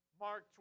Mark